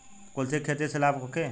कुलथी के खेती से लाभ होखे?